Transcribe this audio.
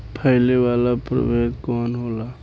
फैले वाला प्रभेद कौन होला?